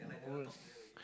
won't